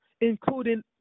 including